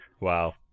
Wow